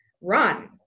run